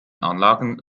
anlagen